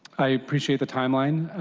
i appreciate the timeline,